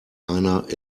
einer